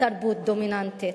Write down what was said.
מתרבות דומיננטית.